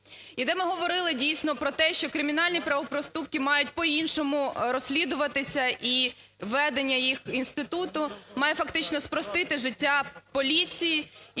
І де ми говорили дійсно про те, що кримінальні правопроступки мають по-іншому розслідуватися, і ведення їх інституту має фактично спростити життя поліції,